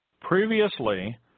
Previously